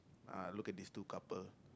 ah look at this two couple